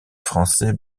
français